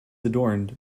adorned